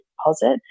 deposit